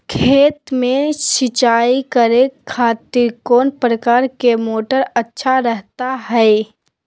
खेत में सिंचाई करे खातिर कौन प्रकार के मोटर अच्छा रहता हय?